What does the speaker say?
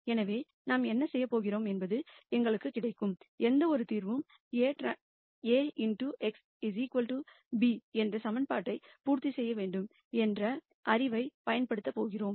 எனவே நாம் என்ன செய்யப் போகிறோம் என்பது எங்களுக்குக் கிடைக்கும் எந்தவொரு தீர்வும் A x b என்ற சமன்பாட்டை பூர்த்தி செய்ய வேண்டும் என்ற அறிவைப் பயன்படுத்தப் போகிறோம்